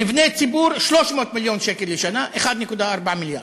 מבני ציבור, 300 מיליון שקל לשנה, 1.4 מיליארד.